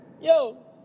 yo